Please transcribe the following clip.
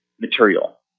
material